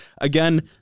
again